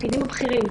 לתפקידים הבכירים.